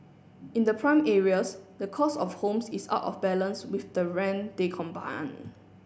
in the prime areas the cost of homes is out of balance with the rent they